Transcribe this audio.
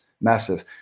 massive